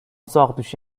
ساقدوش